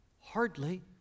Hardly